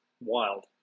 wild